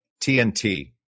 TNT